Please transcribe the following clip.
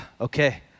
Okay